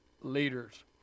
leaders